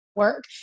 work